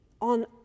on